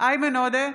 איימן עודה,